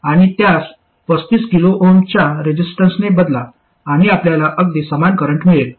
आणि त्यास 35 kΩ च्या रेसिस्टन्सने बदला आणि आपल्याला अगदी समान करंट मिळेल